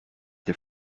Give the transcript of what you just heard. the